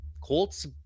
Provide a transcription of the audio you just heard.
Colts